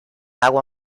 agua